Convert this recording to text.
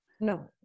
No